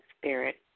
Spirit